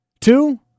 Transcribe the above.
Two